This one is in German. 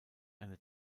eine